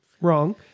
Wrong